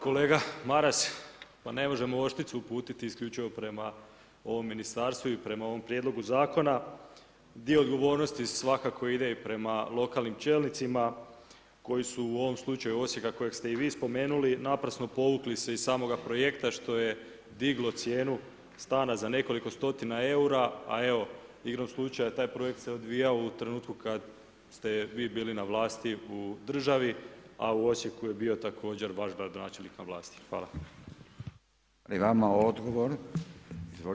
Kolega Maras, pa ne možemo oštricu uputiti isključivo prema ovom ministarstvu i prema ovom prijedlogu zakona, dio odgovornosti svakako ide i prema lokalnim čelnicima koji su u ovom slučaju Osijeka kojeg ste i vi spomenuli naprasno povukli se iz samoga projekta što je diglo cijenu stana za nekoliko stotina eura, a evo igrom slučaja taj projekt se odvijao u trenutku kad ste vi bili na vlasti u državi, a u Osijeku je bio također vaš gradonačelnik na vlasti.